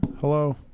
Hello